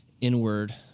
inward